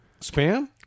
Spam